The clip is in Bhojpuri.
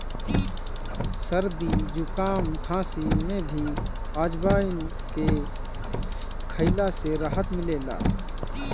सरदी जुकाम, खासी में भी अजवाईन के खइला से राहत मिलेला